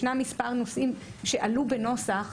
ישנם מספר נושאים שעלו בנוסח,